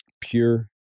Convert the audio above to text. pure